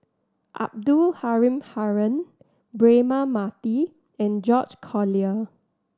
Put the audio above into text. Abdul Halim Haron Braema Mathi and George Collyer